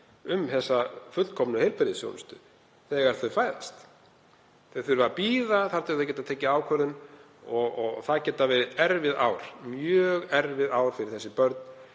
um þessa fullkomnu heilbrigðisþjónustu þegar þau fæðast. Þau þurfa að bíða þar til þau geta tekið ákvörðun og það geta verið erfið ár, mjög erfið ár, fyrir þessi börn